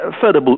further